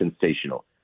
sensational